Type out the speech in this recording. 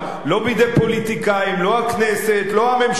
לא בידי פוליטיקאים, לא הכנסת, לא הממשלה.